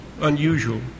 unusual